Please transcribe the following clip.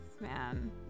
man